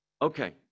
Okay